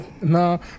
No